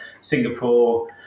Singapore